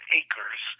acres